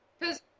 Cause